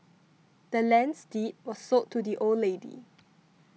the land's deed was sold to the old lady